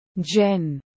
Jen